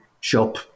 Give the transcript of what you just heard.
shop